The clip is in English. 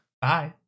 bye